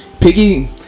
Piggy